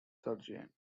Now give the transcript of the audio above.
sergeant